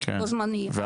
בו זמנית, הם מצטרפים.